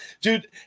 Dude